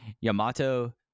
Yamato